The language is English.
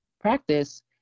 practice